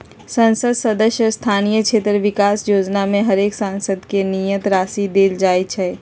संसद सदस्य स्थानीय क्षेत्र विकास जोजना में हरेक सांसद के नियत राशि देल जाइ छइ